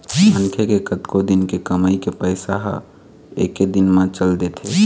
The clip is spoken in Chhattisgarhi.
मनखे के कतको दिन के कमई के पइसा ह एके दिन म चल देथे